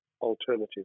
alternative